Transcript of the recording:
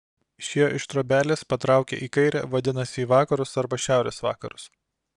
išėjo iš trobelės patraukė į kairę vadinasi į vakarus arba šiaurės vakarus